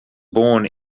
born